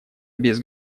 без